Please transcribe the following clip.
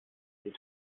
vier